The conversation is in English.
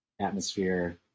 atmosphere